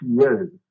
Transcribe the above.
years